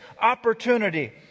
opportunity